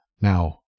Now